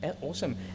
awesome